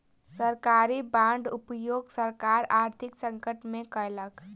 सरकारी बांडक उपयोग सरकार आर्थिक संकट में केलक